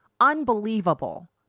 unbelievable